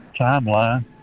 timeline